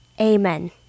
Amen